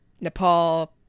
Nepal